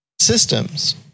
systems